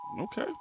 Okay